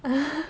ah